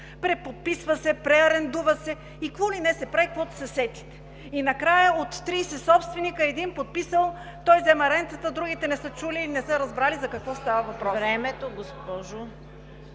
Преподписва се, преарендува се и какво ли не се прави – каквото се сетите. И накрая от 30 собственика един е подписал, той взема рентата, другите не са чули и не са разбрали за какво става въпрос.